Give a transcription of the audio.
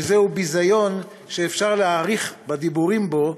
וזהו ביזיון שאפשר להאריך בדיבורים בו,